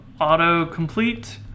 autocomplete